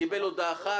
קיבל הודעה אחת,